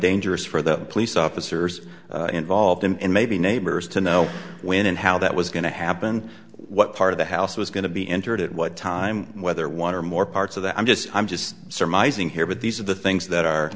dangerous for the police officers involved and maybe neighbors to know when and how that was going to happen what part of the house was going to be entered at what time whether one or more parts of that i'm just i'm just surmising here but these are the things that are